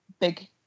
big